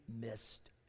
missed